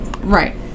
Right